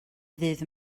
ddydd